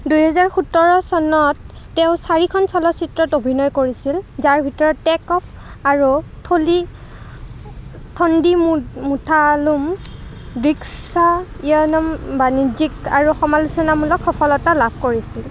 দুহেজাৰ সোতৰ চনত তেওঁ চাৰিখন চলচ্চিত্ৰত অভিনয় কৰিছিল যাৰ ভিতৰত টেক অফ আৰু থণ্ডিমুথালুম ড্ৰিকছায়নম বাণিজ্যিক আৰু সমালোচনামূলক সফলতা লাভ কৰিছিল